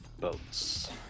boats